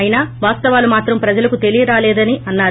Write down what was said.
అయినా వాస్తవాలు మాత్రం ప్రజలకు తెలియరాలేదని అన్నారు